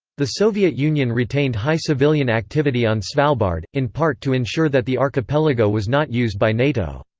the soviet union retained high civilian activity on svalbard, in part to ensure that the archipelago was not used by nato.